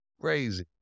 crazy